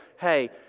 hey